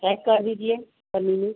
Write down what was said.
pack कर दीजिए पन्नी में